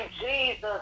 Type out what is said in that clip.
Jesus